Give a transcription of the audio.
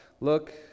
look